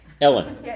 Ellen